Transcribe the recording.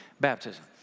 baptism